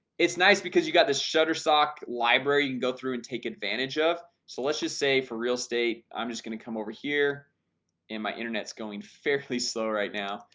it's nice because you got this shutterstock library you can go through and take advantage of so, let's just say for real estate i'm just gonna come over here and my internet's going fairly slow right now,